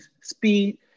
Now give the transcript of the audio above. speed